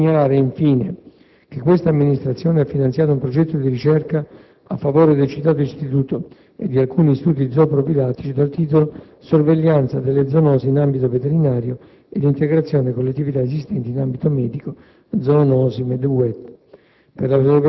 Desidero segnalare, infine, che questa Amministrazione ha finanziato un progetto di ricerca a favore del citato istituto e di alcuni istituti zooprofilattici dal titolo «Sorveglianza delle zoonosi in ambito veterinario e integrazione con le attività esistenti in ambito medico ZOONOSI MED-VET»